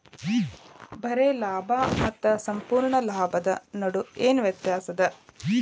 ಬರೆ ಲಾಭಾ ಮತ್ತ ಸಂಪೂರ್ಣ ಲಾಭದ್ ನಡು ಏನ್ ವ್ಯತ್ಯಾಸದ?